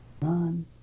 Run